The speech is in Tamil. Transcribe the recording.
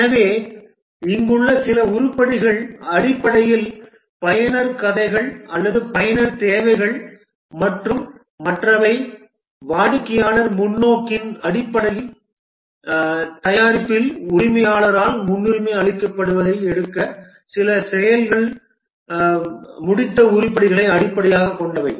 எனவே இங்குள்ள சில உருப்படிகள் அடிப்படையில் பயனர் கதைகள் அல்லது பயனர் தேவைகள் மற்றும் மற்றவை வாடிக்கையாளர் முன்னோக்கின் அடிப்படையில் தயாரிப்பு உரிமையாளரால் முன்னுரிமை அளிக்கப்படுவதை எடுக்க சில செயல்களை முடித்த உருப்படிகளை அடிப்படையாகக் கொண்டவை